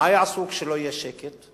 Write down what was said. מה יעשו כשלא יהיה שקט?